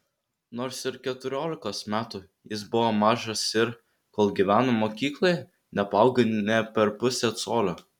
nors ir keturiolikos metų jis buvo mažas ir kol gyveno mokykloje nepaaugo nė per pusę colio